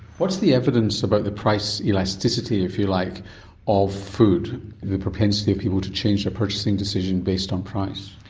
what's the evidence about the price elasticity if you like of food, the propensity of people to change their purchasing decision based on price?